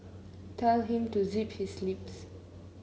tell him to zip his lips